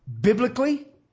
biblically